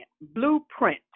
blueprint